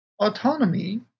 autonomy